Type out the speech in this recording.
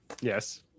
Yes